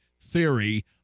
theory